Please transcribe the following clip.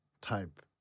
type